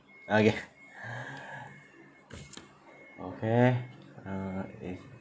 okay okay uh is